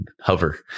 hover